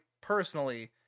personally